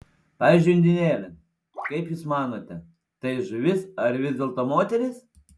pavyzdžiui undinėlė kaip jūs manote tai žuvis ar vis dėlto moteris